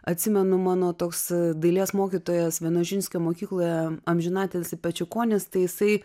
atsimenu mano toks dailės mokytojas vienožinskio mokykloje amžinatilsį pečiukonis tai jisai